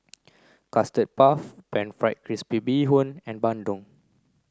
custard puff pan fried crispy bee hoon and Bandung